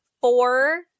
four